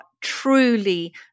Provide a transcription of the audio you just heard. truly